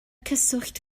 cyswllt